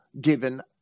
given